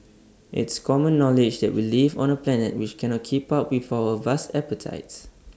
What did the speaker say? it's common knowledge that we live on A planet which cannot keep up with our vast appetites